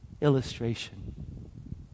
Illustration